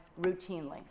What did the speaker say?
routinely